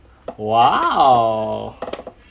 !wow!